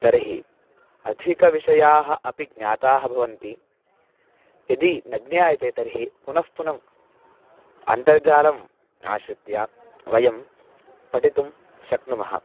तर्हि अधिकाः विषयाः अपि ज्ञाताः भवन्ति यदि न ज्ञायते तर्हि पुनः पुनम् अन्तर्जालम् आश्रित्य वयं पठितुं शक्नुमः